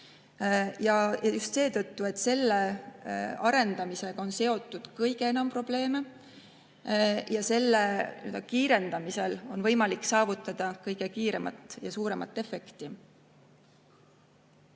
– just seetõttu, et selle valdkonna arendamisega on seotud kõige enam probleeme ja selle arengu kiirendamisel on võimalik saavutada kõige kiiremat ja suuremat efekti.